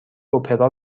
اپرا